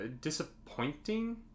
disappointing